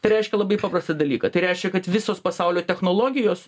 tai reiškia labai paprastą dalyką tai reiškia kad visos pasaulio technologijos